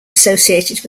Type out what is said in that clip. associated